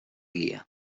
guia